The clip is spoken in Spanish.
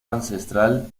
ancestral